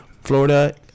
florida